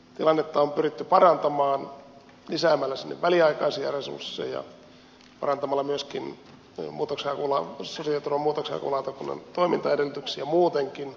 tilannetta on pyritty parantamaan lisäämällä sinne väliaikaisia resursseja parantamalla sosiaaliturvan muutoksenhakulautakunnan toimintaedellytyksiä muutenkin